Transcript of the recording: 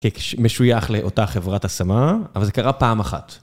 משוייך לאותה חברת השמה, אבל זה קרה פעם אחת.